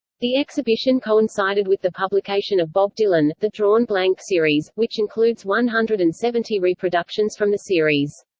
the exhibition coincided with the publication of bob dylan the drawn blank series, which includes one hundred and seventy reproductions from the series.